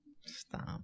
Stop